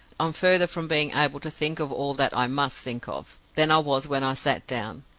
i'm further from being able to think of all that i must think of than i was when i sat down.